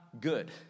good